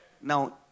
Now